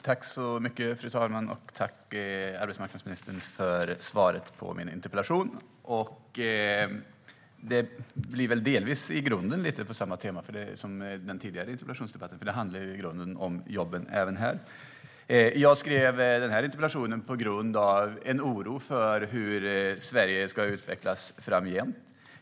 Fru talman! Tack, arbetsmarknadsministern, för svaret på min interpellation! Debatten blir delvis på samma tema som i den tidigare interpellationsdebatten. Det handlar i grunden även här om jobben. Jag skrev interpellationen eftersom jag känner en oro för hur Sverige ska utvecklas framgent.